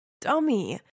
Dummy